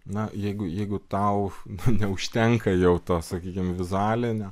na jeigu jeigu tau neužtenka jau to sakykim vizualinio